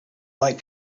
like